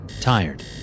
tired